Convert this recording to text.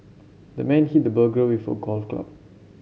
the man hit the burglar with a golf club